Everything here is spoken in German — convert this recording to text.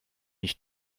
nicht